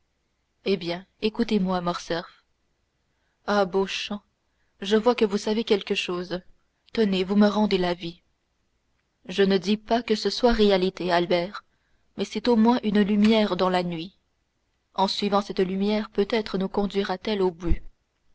eh bien écoutez-moi morcerf ah beauchamp je vois que vous savez quelque chose tenez vous me rendez la vie je ne dis pas que ce soit réalité albert mais c'est au moins une lumière dans la nuit en suivant cette lumière peut-être nous conduira t elle au but